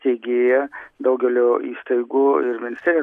steigėja daugelio įstaigų ir ministerija